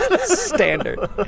Standard